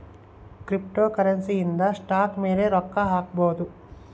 cryptocurrency ಇಂದ stock ಮೇಲೆ ರೊಕ್ಕ ಹಾಕ್ಬೊದು